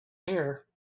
here